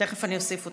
תכף אני אוסיף אותך.